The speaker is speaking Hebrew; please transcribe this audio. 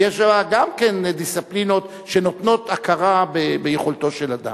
וגם בה יש דיסציפלינות שנותנות הכרה ביכולתו של אדם.